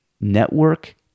network